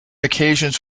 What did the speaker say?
occasions